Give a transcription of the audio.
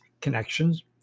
connections